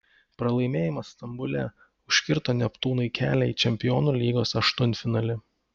pralaimėjimas stambule užkirto neptūnui kelią į čempionų lygos aštuntfinalį